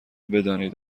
بدانید